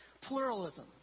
Pluralism